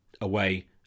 away